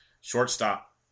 Shortstop